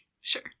Sure